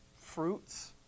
fruits